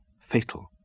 fatal